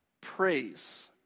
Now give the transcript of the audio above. praise